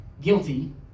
guilty